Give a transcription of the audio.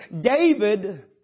David